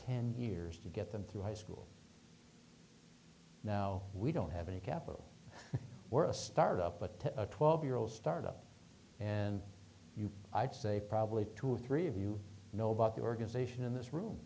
ten years to get them through high school now we don't have any capital or a start up but a twelve year old start up and you i'd say probably two or three of you know about the organization in this room